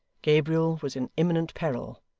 gabriel was in imminent peril,